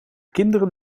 kinderen